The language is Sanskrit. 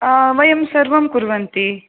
वयं सर्वं कुर्वन्ति